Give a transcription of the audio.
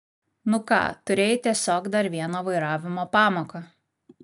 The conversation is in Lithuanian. nu ką turėjai tiesiog dar vieną vairavimo pamoką